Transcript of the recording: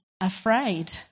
afraid